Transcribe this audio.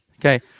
okay